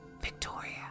Victoria